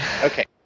Okay